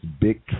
big